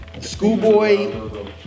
Schoolboy